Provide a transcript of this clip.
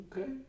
Okay